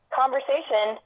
conversation